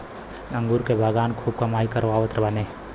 अंगूर के बगान खूब कमाई करावत बाने